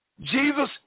Jesus